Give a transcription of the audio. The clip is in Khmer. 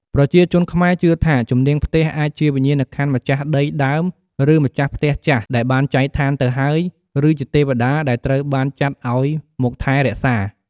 ប្រជាជនខ្មែរជឿថាជំនាងផ្ទះអាចជាវិញ្ញាណក្ខន្ធម្ចាស់ដីដើមឬម្ចាស់ផ្ទះចាស់ដែលបានចែកឋានទៅហើយឬជាទេវតាដែលត្រូវបានចាត់ឲ្យមកថែរក្សា។